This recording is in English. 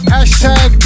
Hashtag